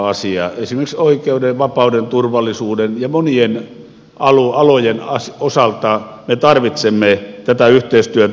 esimerkiksi oikeuden vapauden turvallisuuden ja monien alojen osalta me tarvitsemme tätä yhteistyötä